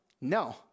No